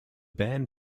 band